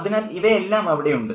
അതിനാൽ ഇവയെല്ലാം അവിടെയുണ്ട്